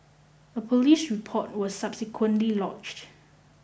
a police report was subsequently lodged